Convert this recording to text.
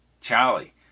Charlie